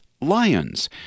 lions